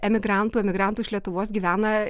emigrantų emigrantų iš lietuvos gyvena